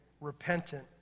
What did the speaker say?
repentant